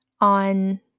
on